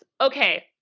Okay